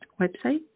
website